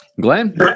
Glenn